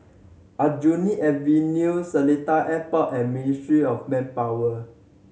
Aljunied Avenue Seletar Airport and Ministry of Manpower